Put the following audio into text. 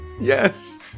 yes